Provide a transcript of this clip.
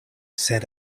said